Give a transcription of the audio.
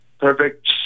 perfect